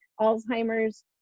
Alzheimer's